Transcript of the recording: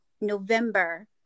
november